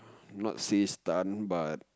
not so stunt but